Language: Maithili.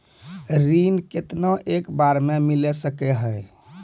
ऋण केतना एक बार मैं मिल सके हेय?